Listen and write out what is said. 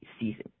season